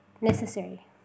necessary